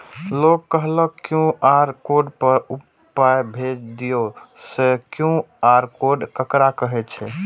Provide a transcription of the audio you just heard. लोग कहलक QR code पर पाय भेज दियौ से क्यू.आर कोड ककरा कहै छै?